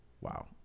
Wow